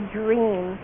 dream